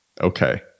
Okay